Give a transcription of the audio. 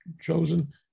chosen